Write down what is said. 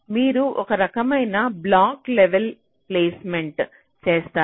మీరు ఒక రకమైన బ్లాక్ లెవెల్ ప్లేస్మెంట్ చేస్తారు